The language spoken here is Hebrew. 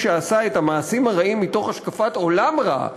שעשה את המעשים הרעים מתוך השקפת עולם רעה,